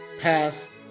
past